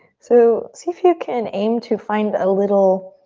so see if you can aim to find a little